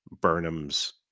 Burnham's